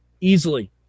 easily